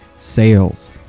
Sales